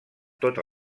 tota